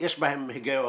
שיש בהן הגיון,